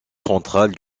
central